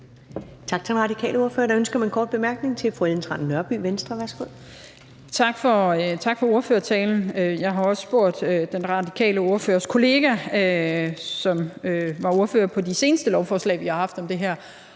Tak for ordførertalen. Jeg har også spurgt den radikale ordførers kollega, som var ordfører på de seneste lovforslag, vi har haft om det her,